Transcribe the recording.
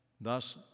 thus